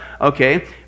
okay